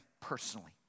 personally